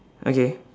okay